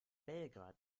belgrad